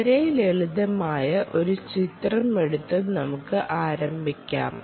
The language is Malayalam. വളരെ ലളിതമായ ഒരു ചിത്രം എടുത്ത് നമുക്ക് ആരംഭിക്കാം